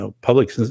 public